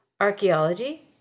Archaeology